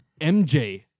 MJ